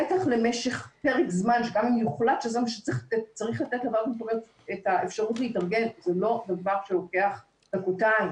בטח למשך פרק זמן, זה לא דבר שלוקח דקתיים.